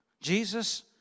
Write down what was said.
Jesus